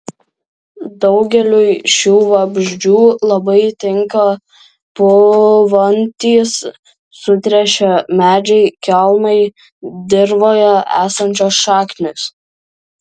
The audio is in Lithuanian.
daugeliui šių vabzdžių labai tinka pūvantys sutrešę medžiai kelmai dirvoje esančios šaknys